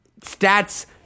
stats